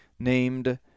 Named